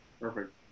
Perfect